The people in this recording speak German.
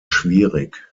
schwierig